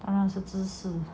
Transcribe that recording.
当然是芝士